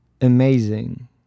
amazing